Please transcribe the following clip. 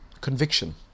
Conviction